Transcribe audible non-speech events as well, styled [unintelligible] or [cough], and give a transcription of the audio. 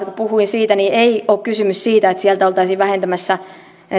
[unintelligible] kun puhuin uudestamaasta ja pirkanmaasta niin ei ole kysymys siitä että sieltä oltaisiin vähentämässä